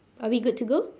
are we good to go